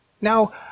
Now